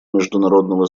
международного